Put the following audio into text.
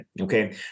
Okay